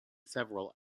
several